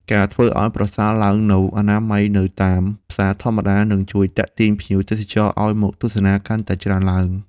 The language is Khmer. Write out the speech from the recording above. ការធ្វើឱ្យប្រសើរឡើងនូវអនាម័យនៅតាមផ្សារធម្មតានឹងជួយទាក់ទាញភ្ញៀវទេសចរឱ្យមកទស្សនាកាន់តែច្រើនឡើង។